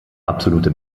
absolute